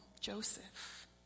Joseph